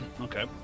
okay